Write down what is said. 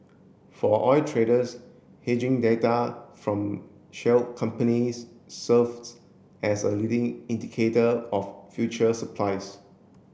for oil traders hedging data from shale companies serves as a leading indicator of future supplies